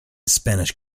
spanish